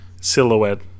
silhouette